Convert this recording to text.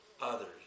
Others